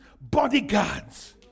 bodyguards